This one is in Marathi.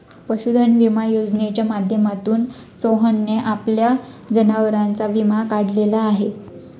पशुधन विमा योजनेच्या माध्यमातून सोहनने आपल्या जनावरांचा विमा काढलेला आहे